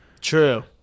True